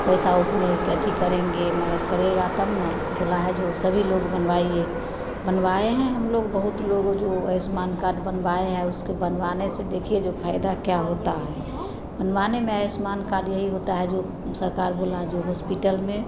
पैसा उसमें कैथी करेंगे मगर करेगा तब ना बुलाए जो सभी लोग बनवाइए बनवाए हैं हम लोग बहुत लोग जो आयुष्मान कार्ड बनावाए है उसके बनवाने से देखिए जो फायदा क्या होता है बनवाने में आयुष्मान कार्ड यही होता है जो सरकार बोला जो हॉस्पिटल में